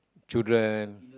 children